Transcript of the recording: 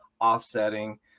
offsetting